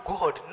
God